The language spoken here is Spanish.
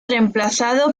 reemplazado